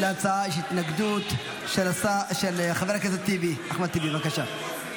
להצעה יש התנגדות, של חבר הכנסת אחמד טיבי, בבקשה.